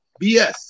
BS